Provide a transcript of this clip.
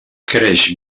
creix